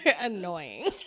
annoying